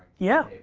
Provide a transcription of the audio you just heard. yeah.